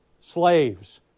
slaves